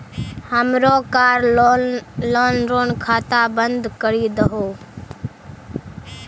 हमरो car loan रो खाता बंद करी दहो